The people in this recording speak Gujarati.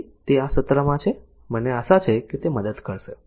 તેથી તે આ સત્રમાં છે મને આશા છે કે તે મદદ કરશે